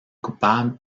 coupable